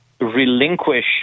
relinquish